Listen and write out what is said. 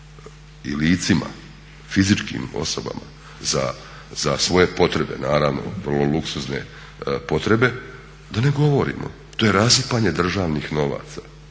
i licima, fizičkim osobama za svoje potrebe naravno vrlo luksuzne potrebe da ne govorimo. To je rasipanje državnih novaca.